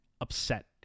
upset